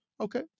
Okay